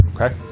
Okay